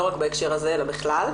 לא רק בהקשר הזה אלא בכלל,